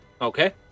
Okay